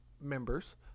members